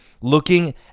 looking